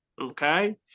Okay